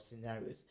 scenarios